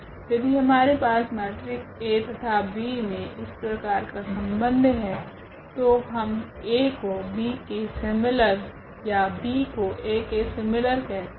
यदि हमारे पास मेट्रिक्स A तथा B मे इस प्रकार का संबंध है तो हम A को B के सीमिलर या B को A के सीमिलर कहते है